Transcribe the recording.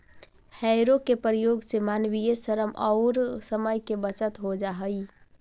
हौरो के प्रयोग से मानवीय श्रम औउर समय के बचत हो जा हई